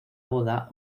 boda